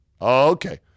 Okay